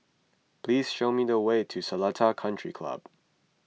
please show me the way to Seletar Country Club